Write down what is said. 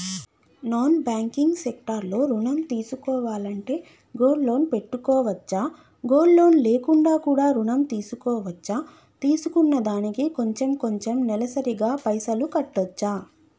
Non banking sector లో ఋణం తీసుకోవాలంటే గోల్డ్ లోన్ పెట్టుకోవచ్చా? గోల్డ్ లోన్ లేకుండా కూడా ఋణం తీసుకోవచ్చా? తీసుకున్న దానికి కొంచెం కొంచెం నెలసరి గా పైసలు కట్టొచ్చా?